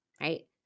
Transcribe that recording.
right